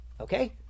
Okay